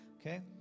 Okay